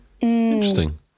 Interesting